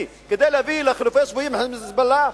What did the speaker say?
כדי להביא לחילופי שבויים עם "חיזבאללה"?